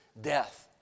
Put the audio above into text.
death